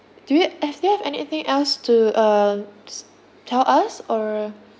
do you have do you have anything else to uh s~ tell us or